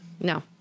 No